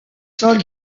sol